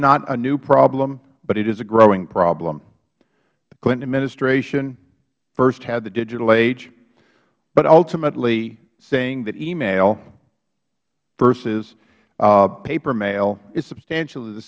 not a new problem but it is a growing problem the clinton administration first had the digital age but ultimately seeing that email versus paper mail is substantially the